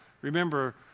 remember